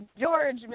george